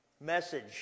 message